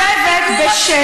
במקום לשבת בשקט,